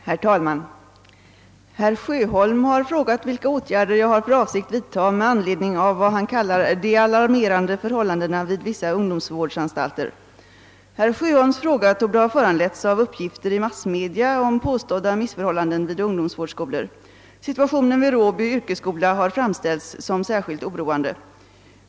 Herr talman! Herr Sjöholm har frågat vilka åtgärder jag har för avsikt vidta med anledning av vad han kallar »de alarmerande förhållandena vid vissa ungdomsvårdsanstalter». Herr Sjöholms fråga torde ha föranletts av uppgifter i massmedia om påstådda missförhållanden vid ungdomsvårdsskolor. Situationen vid Råby yrkesskola har framställts som särskilt oroande.